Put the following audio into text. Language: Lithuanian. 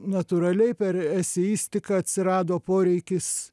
natūraliai per eseistiką atsirado poreikis